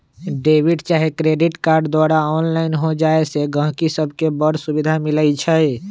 debit चाहे credit card द्वारा online हो जाय से गहकि सभके बड़ सुभिधा मिलइ छै